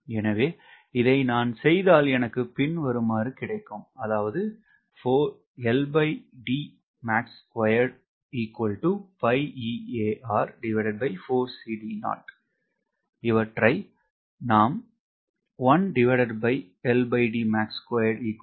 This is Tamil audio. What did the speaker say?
எனவே இதை நான் செய்தால் எனக்கு பின்வருமாறு கிடைக்கும் ஆனால் நாம் தேடுவது